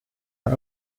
are